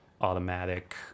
automatic